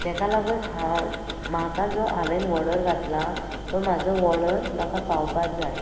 तेका लागून हांव म्हाका जो हांवेन वॉर्डर घातला तो म्हाजो वॉर्डर म्हाका पावपाक जाय